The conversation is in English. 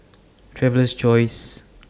Traveler's Choice